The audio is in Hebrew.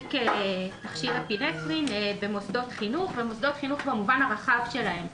להחזיק תכשיר אפינפרין במוסדות חינוך במובן הרחב שלהם.